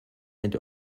and